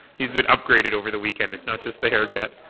he's been upgraded over the weekend. it's not just the haircut.